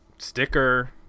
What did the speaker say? sticker